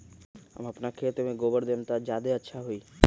हम अपना खेत में गोबर देब त ज्यादा अच्छा होई का?